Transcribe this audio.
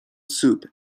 soup